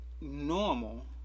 normal